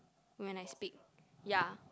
when I speak yeah